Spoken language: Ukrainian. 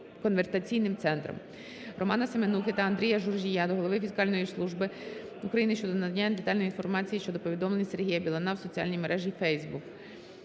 конвертаційним центрам.